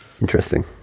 Interesting